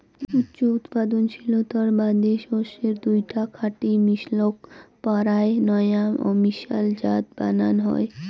উচ্চ উৎপাদনশীলতার বাদে শস্যের দুইটা খাঁটি মিশলক পরায় নয়া অমিশাল জাত বানান হই